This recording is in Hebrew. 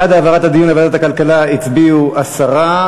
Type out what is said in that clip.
בעד העברת הדיון לוועדת הכלכלה הצביעו עשרה,